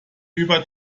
über